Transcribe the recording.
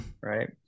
Right